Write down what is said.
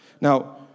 Now